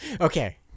Okay